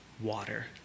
water